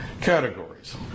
categories